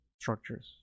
structures